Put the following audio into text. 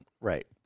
Right